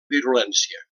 virulència